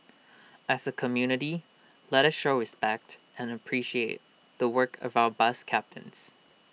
as A community let us show respect and appreciate the work of our bus captains